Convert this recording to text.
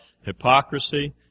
hypocrisy